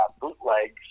bootlegs